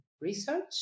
research